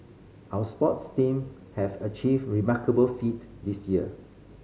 our sports team have achieved remarkable feat this year